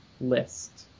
list